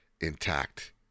intact